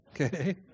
Okay